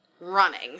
running